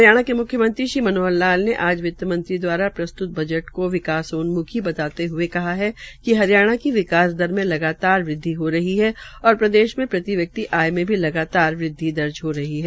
हरियाणा के मुख्यमंत्री श्री मनोहर लाल ने आज वित्त्मंत्री दवारा प्रस्तृत बजट को विकासोमुखी बताते हये कहा कि हरियाणा के विकास दर में लगातार वृदवि हो रही है और प्रदेश में प्रत्येक व्यक्ति आय मे लगातार वृदवि हो रही है